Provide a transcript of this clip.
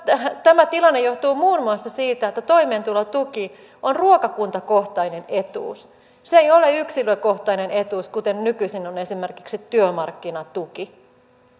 tämä tilanne johtuu muun muassa siitä että toimeentulotuki on ruokakuntakohtainen etuus se ei ole yksilökohtainen etuus kuten nykyisin on esimerkiksi työmarkkinatuki